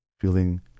Feeling